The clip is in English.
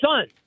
son